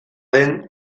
den